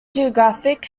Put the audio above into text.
geographic